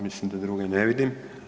Mislim da druge ne vidim.